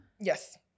Yes